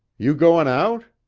you going out?